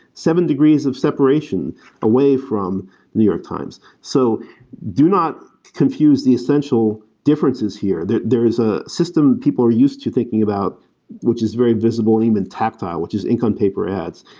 seven degrees of separation away from new york times. so do not confuse the essential differences here. there there is a system people are used to thinking about which is very visible and even tactile, which is ink on paper ads.